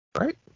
Right